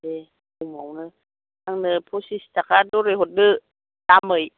दे खमावनो आंनो पसित ताका दरै हरदो दामै